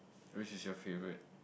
which is your favourite